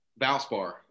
Valspar